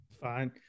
Fine